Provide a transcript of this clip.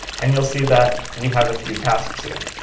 and you'll see that we have a few tasks here,